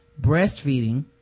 breastfeeding